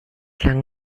lang